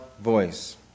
voice